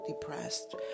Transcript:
depressed